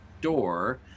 door